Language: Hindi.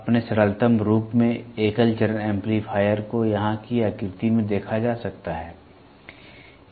अपने सरलतम रूप में एकल चरण एम्पलीफायर को यहां की आकृति में देखा जा सकता है